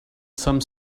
some